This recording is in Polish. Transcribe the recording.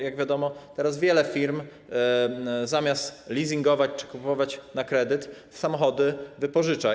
Jak wiadomo, teraz wiele firm, zamiast leasingować czy kupować na kredyt, samochody wypożycza.